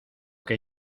que